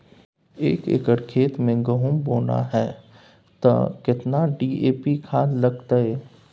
एक एकर खेत मे गहुम बोना है त केतना डी.ए.पी खाद लगतै?